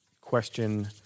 question